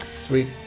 Sweet